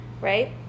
Right